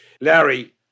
Larry